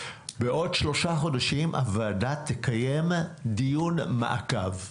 והוועדה תקיים דיון מעקב.